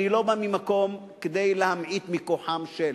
אני לא בא ממקום כדי להמעיט מ"כוחם של".